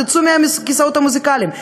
תצאו מהכיסאות המוזיקליים,